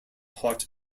hot